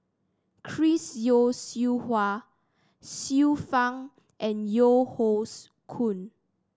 Chris Yeo Siew Hua Xiu Fang and Yeo Hoe Koon